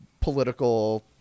political